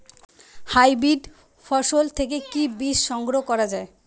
Hybrid ফসল থেকে কি বীজ সংগ্রহ করা য়ায়?